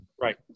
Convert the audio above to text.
Right